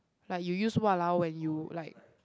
like you use !walao! when you like